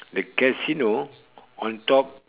the casino on top